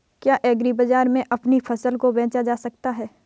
क्या एग्रीबाजार में अपनी फसल को बेचा जा सकता है?